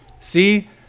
see